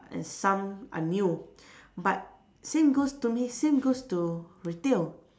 and some are new but same goes to me same goes to retail